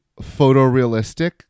photorealistic